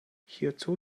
hierzu